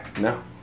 No